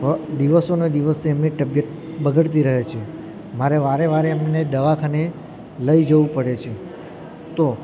દિવસેને દિવસે એમની તબિયત બગડતી રહે છે મારે વારેવારે એમને દવાખાને લઈ જવું પડે છે તો